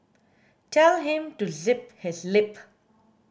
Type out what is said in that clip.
tell him to zip his lip